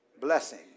blessing